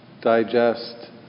digest